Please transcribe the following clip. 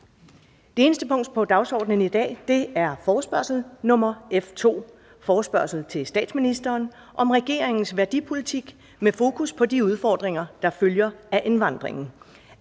2020 kl. 10.00 Dagsorden 1) Forespørgsel nr. F 2: Forespørgsel til statsministeren om regeringens værdipolitik med fokus på de udfordringer, der følger af indvandringen.